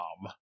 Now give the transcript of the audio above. Mom